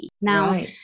Now